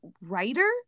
writer